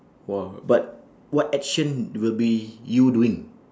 !wah! but what action will be you doing